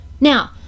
Now